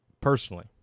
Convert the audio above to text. Personally